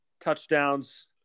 touchdowns